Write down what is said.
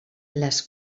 les